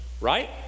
right